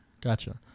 Gotcha